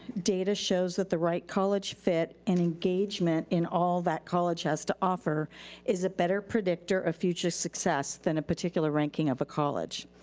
data shows that the right college fit and engagement in all that college has to offer is a better predictor of future success than a particular ranking of a college.